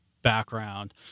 background